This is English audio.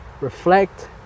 reflect